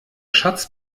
schatz